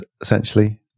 essentially